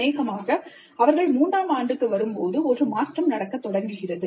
அநேகமாக அவர்கள் மூன்றாம் ஆண்டுக்கு வரும்போது ஒரு மாற்றம் நடக்கத் தொடங்குகிறது